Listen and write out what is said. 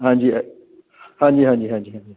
ਹਾਂਜੀ ਅ ਹਾਂਜੀ ਹਾਂਜੀ ਹਾਂਜੀ ਹਾਂਜੀ